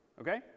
okay